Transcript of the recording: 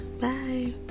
bye